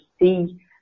see